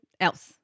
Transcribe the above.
else